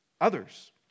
others